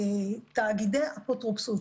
תאגידי אפוטרופסות,